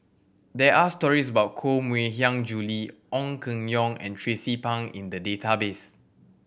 there are stories about Koh Mui Hiang Julie Ong Keng Yong and Tracie Pang in the database